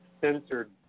censored